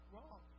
Wrong